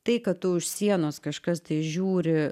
tai kad tu už sienos kažkas tai žiūri